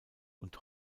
und